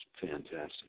fantastic